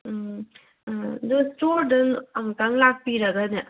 ꯎꯝ ꯑꯗꯨ ꯁ꯭ꯇꯣꯔꯗ ꯑꯃꯨꯛꯇꯪ ꯂꯥꯛꯄꯤꯔꯒꯅꯦ